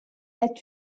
est